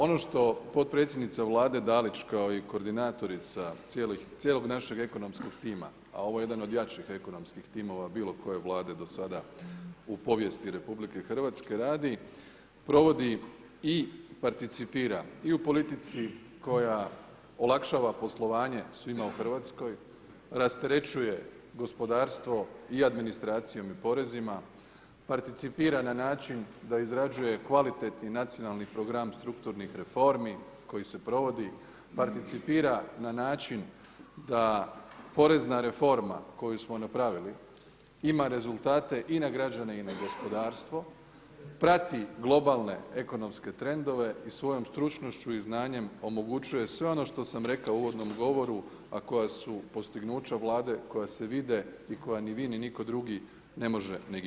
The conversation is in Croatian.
Ono što potpredsjednica Vlade Dalić kao i koordinatorica cijelog našeg ekonomskog tima a ovo je jedan od jačih ekonomskih timova bilo koje Vlade do sada u povijesti RH radi, provodi i participira i u politici koja olakšava poslovanje svima u Hrvatskoj, rasterećuje gospodarstvo i administracijom i porezima, participira na način da izrađuje kvalitetni nacionalni program strukturnih reformi koji se provodi, participira na način da porezna reforma koju smo napravili ima rezultate i na građane i na gospodarstvo, prati globalne ekonomske trendove i svojom stručnošću i znanjem omogućuje sve ono što sam rekao u uvodnom govoru a koja su postignuća Vlade koja se vide i koja ni vi ni nitko drugi ne može negirati.